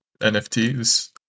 NFTs